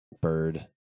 Bird